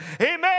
Amen